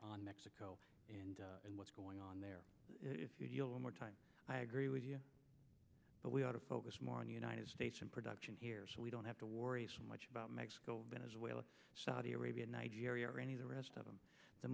on mexico and what's going on there if you deal more time i agree with you but we ought to focus more on united states and production here so we don't have to worry so much about mexico venezuela saudi arabia nigeria or any of the rest of them the